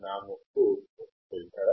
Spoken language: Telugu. నా ముక్కు ఒక ఫిల్టరా